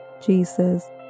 Jesus